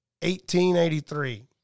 1883